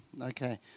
Okay